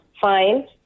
fine